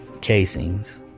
casings